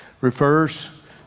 refers